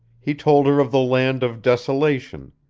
he told her of the land of desolation,